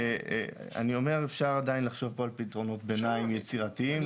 אני אומר שאפשר עדיין לחשוב פה על פתרונות ביניים יצירתיים.